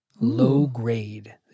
Low-grade